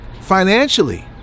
financially